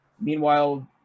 Meanwhile